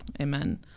Amen